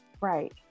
Right